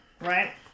right